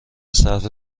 صرف